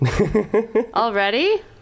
Already